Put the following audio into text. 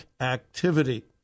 activity